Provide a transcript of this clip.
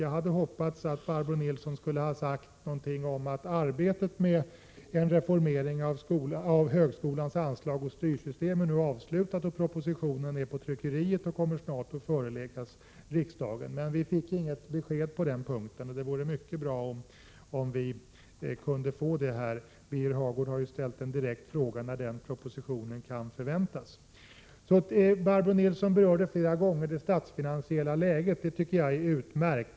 Jag hade hoppats att Barbro Nilsson skulle ha sagt någonting om att arbetet med en reformering av högskolans anslagsoch styrsystem nu är avslutat och att propositionen är på tryckeriet och snart kommer att föreläggas riksdagen, men vi fick inget besked på den punkten. Det vore mycket bra om vi kunde få det här. Birger Hagård har ju ställt en direkt fråga om när den propositionen kan förväntas. Barbro Nilsson berörde flera gånger det statsfinansiella läget. Det tycker jag är utmärkt.